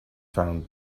found